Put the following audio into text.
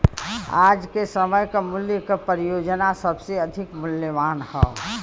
आज के समय क मूल्य क परियोजना सबसे अधिक मूल्यवान हौ